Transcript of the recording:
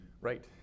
Right